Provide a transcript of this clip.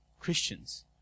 Christians